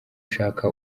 ushaka